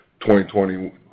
2020